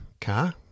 car